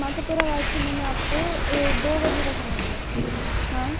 मातापुरावाट से मैंने आपको दो बजे का समय दिया था हाँ